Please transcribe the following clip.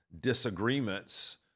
disagreements